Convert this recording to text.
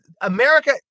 America